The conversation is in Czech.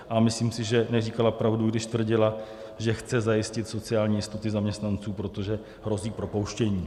A myslím si, že neříkala pravdu, když tvrdila, že chce zajistit sociální jistoty zaměstnanců, protože hrozí propouštění.